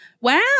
Wow